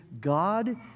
God